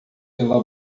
pela